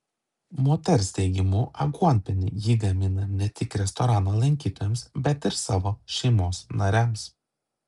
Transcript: moters teigimu aguonpienį ji gamina ne tik restorano lankytojams bet ir savo šeimos nariams